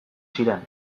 ziren